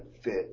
fit